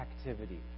activity